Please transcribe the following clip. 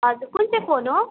हजुर कुन चाहिँ फोन हो